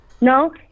No